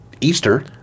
Easter